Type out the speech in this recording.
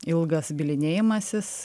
ilgas bylinėjimasis